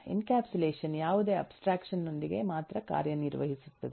encapsulation ಯಾವುದೇ abstraction ನೊಂದಿಗೆ ಮಾತ್ರ ಕಾರ್ಯನಿರ್ವಹಿಸುತ್ತದೆ